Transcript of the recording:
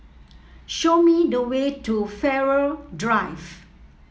show me the way to Farrer Drive